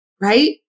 right